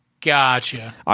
Gotcha